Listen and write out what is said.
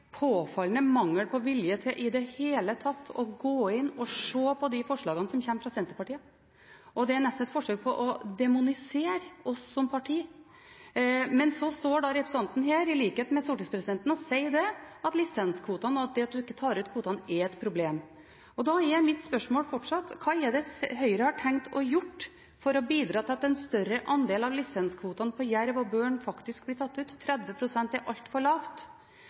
påfallende mangel på vilje til i det hele tatt å gå inn og se på de forslagene som kommer fra Senterpartiet. Det er nesten et forsøk på å demonisere oss som parti. Men så står representanten Milde her, i likhet med stortingspresidenten, og sier at lisenskvotene og det at en ikke tar ut kvotene, er et problem. Da er mitt spørsmål fortsatt: Hva er det Høyre har tenkt å gjøre for å bidra til at en større andel av lisenskvotene på jerv og bjørn faktisk blir tatt ut? 30 pst. er altfor lavt.